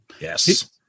Yes